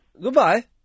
Goodbye